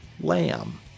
lamb